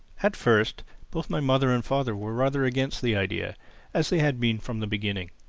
at first both my mother and father were rather against the idea as they had been from the beginning.